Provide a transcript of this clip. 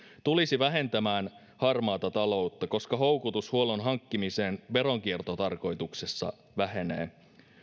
tulisi vähentämään harmaata taloutta koska houkutus huollon hankkimiseen veronkiertotarkoituksessa vähenee